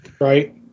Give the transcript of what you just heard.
right